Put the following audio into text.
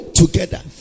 together